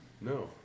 No